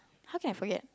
how can I forget